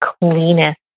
cleanest